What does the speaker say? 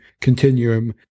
Continuum